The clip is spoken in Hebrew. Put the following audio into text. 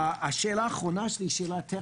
השאלה האחרונה, שהיא שאלה טכנית,